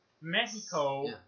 Mexico